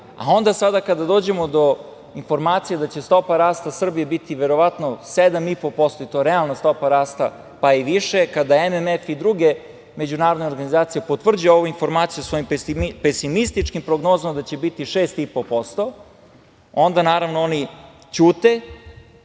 efekta. Onda kada dođemo do informacije da će stopa rasta Srbije biti verovatno 7,5%, i to realna stopa rata, pa i više, kada MMF i druge međunarodne organizacije potvrđuju ovu informaciju svojim pesimističkim prognozama da će biti 6,5%, onda oni ćute,